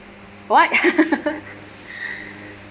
what